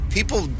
People